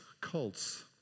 cults